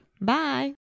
Bye